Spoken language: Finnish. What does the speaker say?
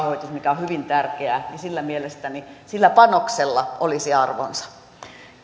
rahoitus mikä on hyvin tärkeää niin mielestäni sillä panoksella olisi arvonsa